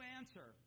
answer